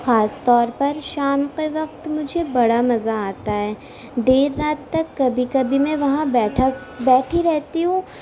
خاص طور پر شام کے وقت مجھے بڑا مزہ آتا ہے دیر رات تک کبھی کبھی میں وہاں بیٹھک بیٹھی رہتی ہوں